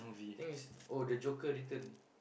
thing is oh the joker return